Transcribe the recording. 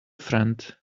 friend